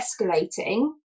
escalating